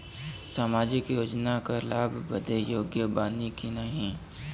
सामाजिक योजना क लाभ बदे योग्य बानी की नाही?